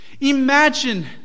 Imagine